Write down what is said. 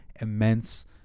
immense